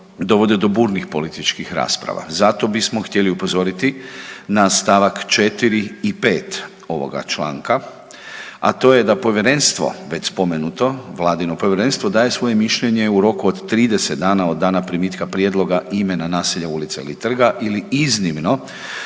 dovode do burnih političkih rasprava. Zato bismo htjeli upozoriti na st. 4. i 5. ovoga članka, a to je da povjerenstvo već spomenuto, vladino povjerenstvo, daje svoje mišljenje u roku od 30 dana od dana primitka prijedloga imena naselja, ulice ili trga ili iznimno,